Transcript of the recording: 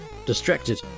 Distracted